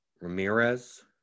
Ramirez